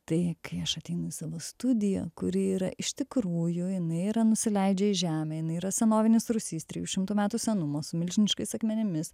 tai kai aš ateinu į savo studiją kuri yra iš tikrųjų jinai yra nusileidžia į žemę jinai yra senovinis rūsys trijų šimtų metų senumo su milžiniškais akmenimis